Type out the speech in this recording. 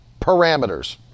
parameters